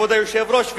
כבוד היושב-ראש,